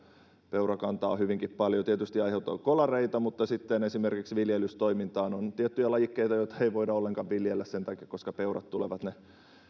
peurakantaa on hyvinkin paljon tietysti aiheutuu kolareita mutta sitten esimerkiksi viljelystoiminnassa on on tiettyjä lajikkeita joita ei voida ollenkaan viljellä koska peurat tulevat ne